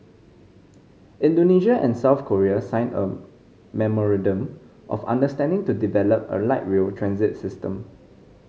Indonesia and South Korea signed a memorandum of understanding to develop a light rail transit system